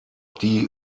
die